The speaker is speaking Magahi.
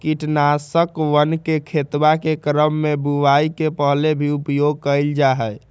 कीटनाशकवन के खेतवा के क्रम में बुवाई के पहले भी उपयोग कइल जाहई